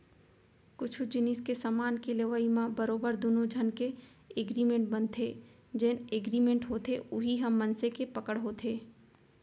कुछु जिनिस के समान के लेवई म बरोबर दुनो झन के एगरिमेंट बनथे जेन एगरिमेंट होथे उही ह मनसे के पकड़ होथे